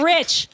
Rich